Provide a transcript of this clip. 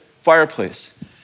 fireplace